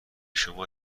شما